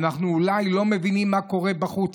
אנחנו אולי לא מבינים מה קורה בחוץ.